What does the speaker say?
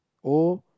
O